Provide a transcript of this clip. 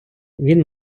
він